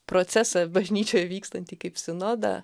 procesą bažnyčioje vykstantį kaip sinodą